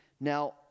Now